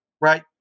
right